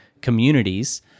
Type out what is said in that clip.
communities